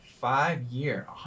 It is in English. five-year